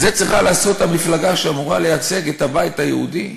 זה צריכה לעשות המפלגה שאמורה לייצג את הבית היהודי?